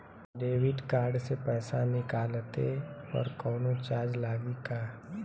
Debit card से पैसा निकलले पर कौनो चार्ज लागि का?